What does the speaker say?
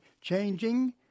Changing